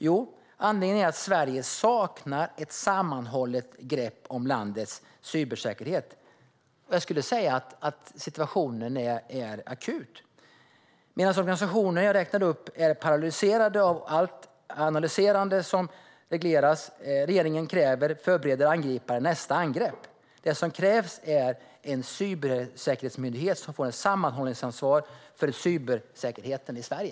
Jo, anledningen är att Sverige saknar ett sammanhållet grepp om landets cybersäkerhet. Situationen är akut. Medan de organisationer jag räknade upp paralyseras av allt analyserande som regeringen kräver förbereder angripare nästa angrepp. Det som krävs är en cybersäkerhetsmyndighet som får ett sammanhållningsansvar för cybersäkerheten i Sverige.